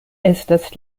estas